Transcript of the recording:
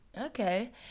Okay